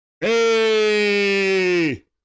Hey